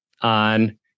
on